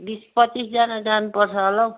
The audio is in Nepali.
बिस पच्चिसजना जानुपर्छ होला हौ